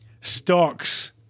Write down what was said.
stocks